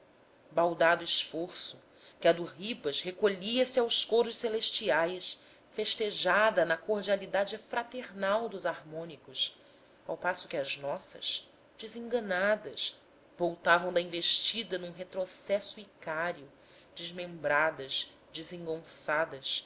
baldado esforço que a do ribas recolhia-se aos coros celestiais festejada na cordialidade fraternal dos harmônicos ao passo que as nossas desenganadas voltavam da investida num retrocesso icário desmembradas desengonçadas